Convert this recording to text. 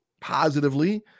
positively